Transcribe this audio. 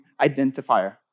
identifier